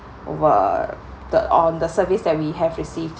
over the on the service that we have received